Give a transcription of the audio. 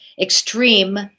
extreme